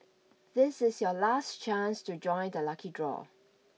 this is your last chance to join the lucky draw